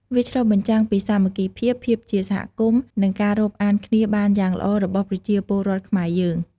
វាឆ្លុះបញ្ចាំងពីសាមគ្គីភាព ភាពជាសហគមន៍ និងការរាប់អានគ្នាបានយ៉ាងល្អរបស់ប្រជាពលរដ្ឋខ្មែរយើង។